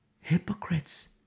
Hypocrites